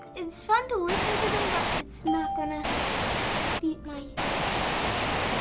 it's fun to listen to them, but it's not gonna beat my hip-hop.